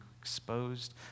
exposed